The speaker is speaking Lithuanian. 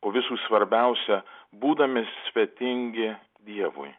o visų svarbiausia būdami svetingi dievui